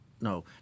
no